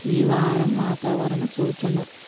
ఈ వారం వాతావరణ సూచన